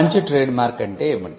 మంచి ట్రేడ్మార్క్ అంటే ఏమిటి